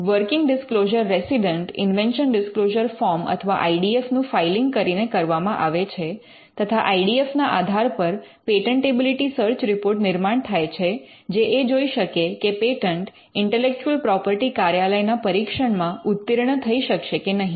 working disclosure resident invention disclosure form અથવા I D F નું filing કરીને કરવામાં આવે છે તથા આઇ ડી એફ ના આધાર પર પેટન્ટેબિલિટી સર્ચ રિપોર્ટ નિર્માણ થાય છે જે એ જોઈ શકે કે પેટન્ટ ઇન્ટેલેક્ચુઅલ પ્રોપર્ટી કાર્યાલય ના પરીક્ષણમાં ઉત્તીર્ણ થઈ શકશે કે નહીં